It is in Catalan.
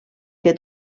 que